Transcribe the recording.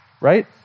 right